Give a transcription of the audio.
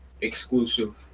exclusive